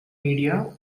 media